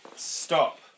stop